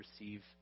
receive